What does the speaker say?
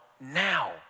now